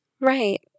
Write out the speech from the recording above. Right